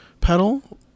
pedal